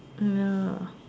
ya